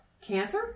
Cancer